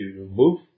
remove